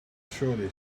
surly